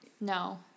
No